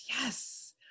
yes